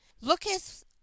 Looketh